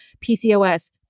PCOS